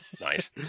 nice